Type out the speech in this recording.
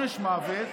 עונש מוות,